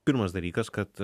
pirmas dalykas kad